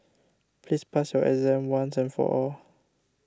please pass your exam once and for all